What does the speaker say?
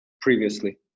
previously